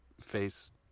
face